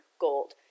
gold